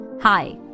Hi